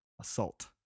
assault